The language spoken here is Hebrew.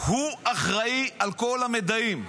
הוא אחראי לכל המידעים.